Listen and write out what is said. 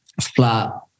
flat